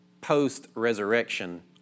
post-resurrection